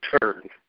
turn